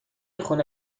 خونه